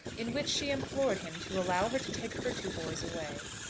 in which she implored him to allow her to take her two boys away.